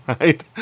right